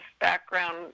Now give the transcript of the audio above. background